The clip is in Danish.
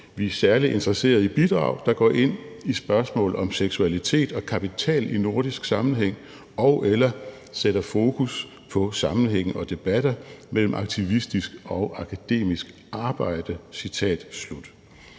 Vi er særlig interesseret i bidrag, der går ind i spørgsmål om seksualitet og kapital i nordisk sammenhæng og/eller sætter fokus på sammenhænge og debatter mellem aktivistisk og akademisk arbejde.